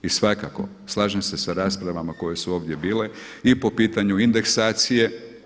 I svakako slažem se sa raspravama koje su ovdje bile i po pitanju indeksacije.